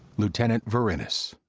lieutenant verinis.